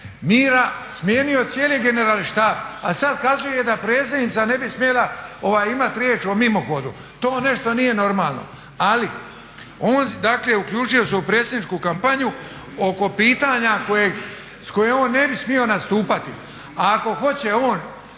mira smijenio cijeli generalni štab, a sada kazuje da predsjednica ne bi smjela imati riječ o mimohodu, to nešto nije normalno. On se uključio u predsjedničku kampanju oko pitanja s kojim on ne bi smio nastupati. Ako hoće on